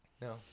No